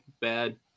bad